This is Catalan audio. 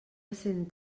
cent